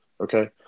okay